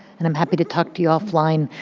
and i'm happy to talk to you offline.